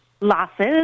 losses